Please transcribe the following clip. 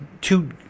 two